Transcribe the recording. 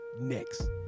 next